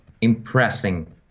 impressing